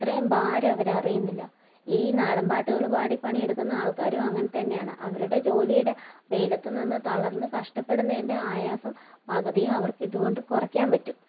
അത്രേയും ഭാരം അവരറിയുന്നില്ല ഈ നാടൻ പാട്ടുകൾ പാടി പണിയെടുക്കുന്ന ആൾക്കാരും അങ്ങനെതന്നെയാണ് അവരുടെ ജോലിയുടെ വെയിലത്തു നിന്ന് തളർന്ന് കഷ്ടപ്പെടുന്നതിൻ്റ ആയാസം പകുതിയും അവർക്ക് ഇതുകൊണ്ട് കുറയ്ക്കാൻ പറ്റും